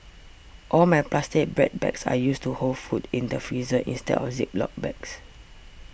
all my plastic bread bags are used to hold food in the freezer instead of Ziploc bags